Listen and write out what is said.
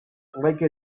like